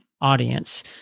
audience